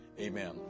Amen